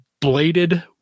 bladed